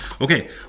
Okay